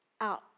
out